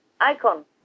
icon